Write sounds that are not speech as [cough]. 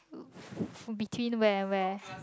[breath] between where and where